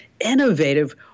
innovative